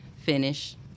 finish